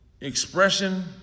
Expression